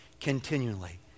continually